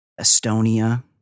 Estonia